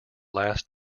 last